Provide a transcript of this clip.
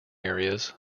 areas